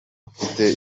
ufite